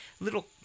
little